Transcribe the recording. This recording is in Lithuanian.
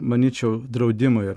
manyčiau draudimui